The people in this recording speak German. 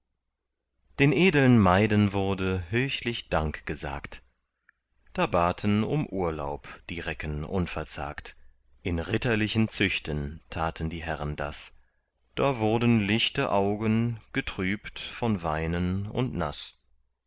den edeln maiden wurde höchlich dank gesagt da baten um urlaub die recken unverzagt in ritterlichen züchten taten die herren das da wurden lichte augen getrübt von weinen und naß